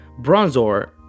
Bronzor